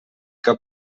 cap